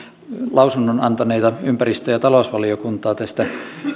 lausunnon antaneita ympäristö ja talousvaliokuntaa tästä